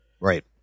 right